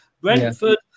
Brentford